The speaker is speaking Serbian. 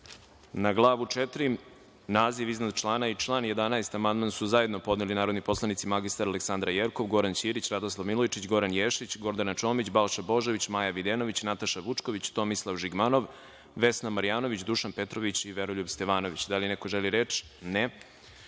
Glavu IV naziv iznad člana i član 11. amandman su zajedno podneli narodni poslanici mr Aleksandra Jerkov, Goran Ćirić, Radoslav Milojičić, Goran Ješić, Gordana Čomić, Balša Božović, Maja Videnović, Nataša Vučković, Tomislav Žigmanov, Vesna Marjanović, Dušan Petrović i Veroljub Stevanović. Da li neko želi reč?